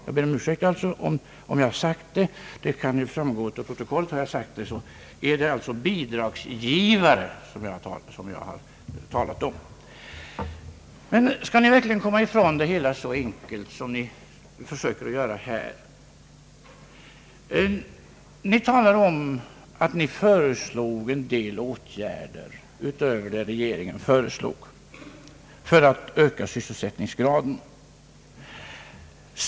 Jag ber om ursäkt om jag har sagt det, vilket kommer att framgå av protokollet. Har jag sagt det så är det alltså bidragsgivare jag har åsyftat. Men skall ni verkligen komma ifrån det hela så enkelt som ni försöker göra här? Ni talar om att ni föreslog en del åtgärder utöver dem regeringen föreslagit för att öka sysselsättningsgraden.